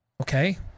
Okay